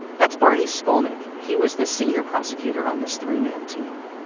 that's barney skolnik, he was the senior prosecutor on this three-man team